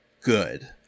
good